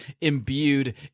imbued